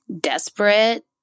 desperate